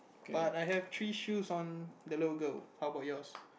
but I have three shoes on the logo how about yours